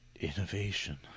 Innovation